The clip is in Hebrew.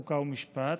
חוק ומשפט.